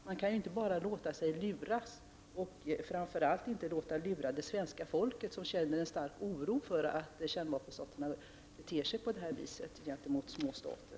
Man kan inte bara låta sig luras, och framför allt inte låta lura det svenska folket som känner en stor oro för att kärnvapenstaterna beter sig på det viset gentemot små stater.